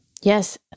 Yes